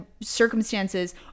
circumstances